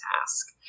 task